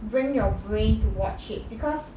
bring your brain to watch it because